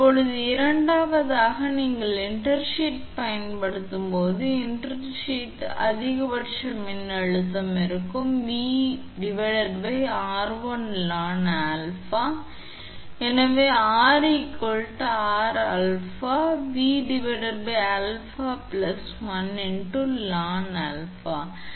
இப்போது இரண்டாவதாக நீங்கள் இன்டர்ஷீத் பயன்படுத்தும் போது இன்டர்ஷீத் பயன்படுத்தும் போது அதிகபட்ச மின் அழுத்தம் இருக்கும் 𝑉1 𝑟1 ln 𝛼 எனவே இந்த 𝑉1 நீங்கள் இங்கு மாற்றீடாக 𝑉𝛼𝛼 1 மற்றும் எங்களுக்கு தெரியும் 𝑟1 𝑟𝛼 நாம் அதிகபட்ச மின் அழுத்தத்தைப் பெறலாம்